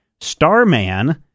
Starman